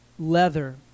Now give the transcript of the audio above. leather